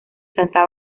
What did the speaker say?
santa